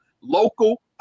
local